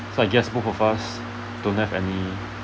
so I guess both of us don't have any